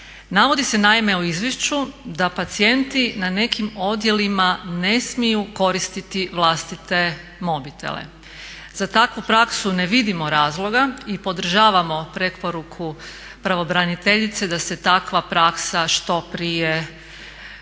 Navodi se naime u izvješću da pacijenti na nekim odjelima ne smiju koristiti vlastite mobitele. Za takvu praksu ne vidimo razloga i podržavamo preporuku pravobraniteljice da se takva praksa što prije ukloni, da